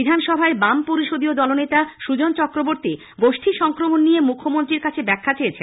বিধানসভায় বাম পরিষদীয় দলনেতা সুজন চক্রবর্তী গোষ্ঠী সংক্রমণ নিয়ে ম্বখ্যমন্ত্রীর কাছে ব্যাখ্যা চেয়েছেন